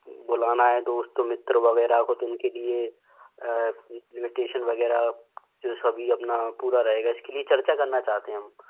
बुलाना है दोस्तों मित्र वगैरह को तो उनके लिए ब्यूटीशन वगैरह सभी अपना पूरा रहेगा इसके लिए चर्चा करना चाहते हैं हम